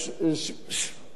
שמאלוב-ברקוביץ,